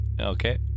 Okay